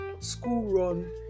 school-run